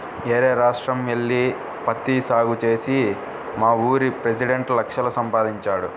యేరే రాష్ట్రం యెల్లి పత్తి సాగు చేసి మావూరి పెసిడెంట్ లక్షలు సంపాదించాడు